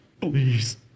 Please